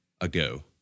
ago